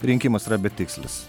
rinkimas yra betikslis